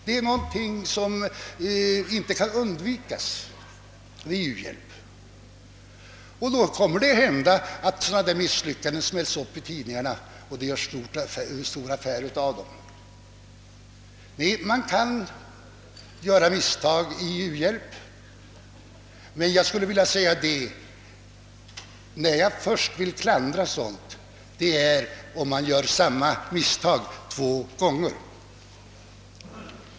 Det är något som inte kan undvikas vid u-hjälp. Det kommer att hända att sådana misslyckanden smälls upp i tidningarna och att man gör stor affär av dem. Man kan göra misstag vid u-hjälp, men jag vill klandra sådant först när samma misstag görs två gånger.